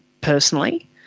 personally